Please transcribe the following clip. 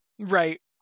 Right